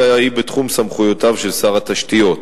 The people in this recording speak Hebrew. אלא היא בתחום סמכויותיו של שר התשתיות.